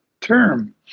term